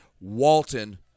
Walton